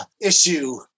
issue